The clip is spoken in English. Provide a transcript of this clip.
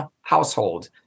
household